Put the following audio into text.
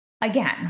again